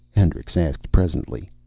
hendricks asked presently.